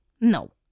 No